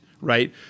right